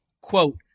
quote